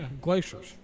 glaciers